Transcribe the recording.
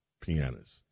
pianist